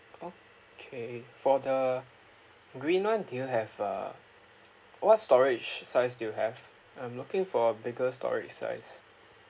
okay for the green one do you have uh what storage size do you have I'm looking for a bigger storage size